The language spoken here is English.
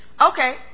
Okay